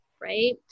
right